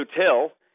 hotel